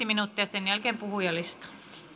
minuuttia sen jälkeen puhujalistaan